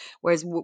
whereas